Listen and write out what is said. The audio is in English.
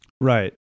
Right